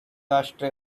ashtray